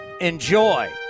enjoy